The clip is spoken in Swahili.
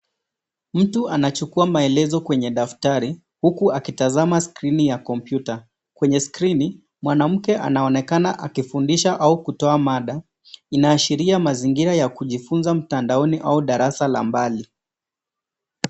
Mtu anachukua maelezo kwenye daftari huku akitazama skrini ya kompyuta, kwenye skrini mwanamke anaonekana akifundisha au kutoa mada inaashiria mazingira ya kujifunza mtandaoni au darasa la mbali.